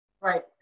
Right